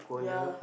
ya